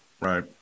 Right